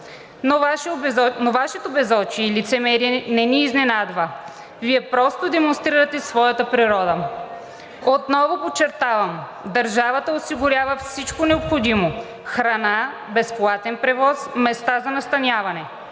Вашето безочие и лицемерие не ни изненадва – Вие просто демонстрирате своята природа. Отново подчертавам, държавата осигурява всичко необходимо – храна, безплатен превоз, места за настаняване,